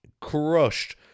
crushed